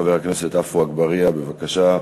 חבר הכנסת עפו אגבאריה, בבקשה.